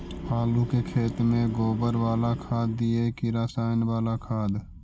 आलू के खेत में गोबर बाला खाद दियै की रसायन बाला खाद?